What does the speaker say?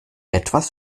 etwas